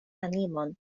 animon